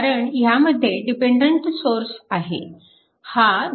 कारण ह्यामध्ये dependent source आहे हा 2 ix आहे